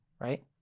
right